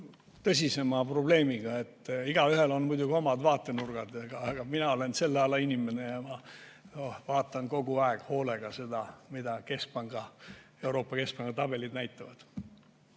tõsisema probleemiga. Igaühel on muidugi omad vaatenurgad, aga mina olen selle ala inimene ja ma vaatan kogu aeg hoolega, mida Euroopa Keskpanga tabelid näitavad.